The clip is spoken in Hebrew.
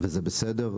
וזה בסדר,